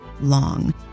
long